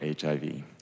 HIV